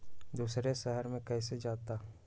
दूसरे शहर मे कैसे जाता?